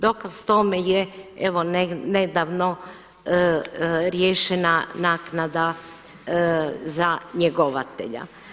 Dokaz tome je evo nedavno riješena naknada za njegovatelja.